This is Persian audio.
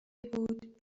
بود